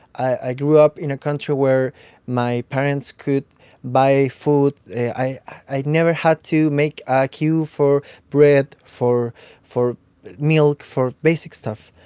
i grew up in a country where my parents could buy food. i i never had to make a queue for bread, for for milk, for basic stuff.